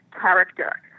character